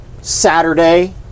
Saturday